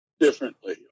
differently